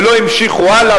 ולא המשיכו הלאה,